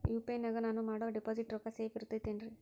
UPI ನಾಗ ನಾನು ಮಾಡೋ ಡಿಪಾಸಿಟ್ ರೊಕ್ಕ ಸೇಫ್ ಇರುತೈತೇನ್ರಿ?